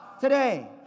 today